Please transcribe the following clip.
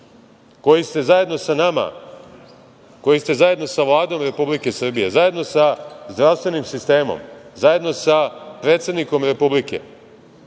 koji ste zajedno sa nama, koji ste zajedno sa Vladom Republike Srbije, zajedno sa zdravstvenim sistemom, zajedno sa predsednikom Republike,